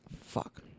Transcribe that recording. Fuck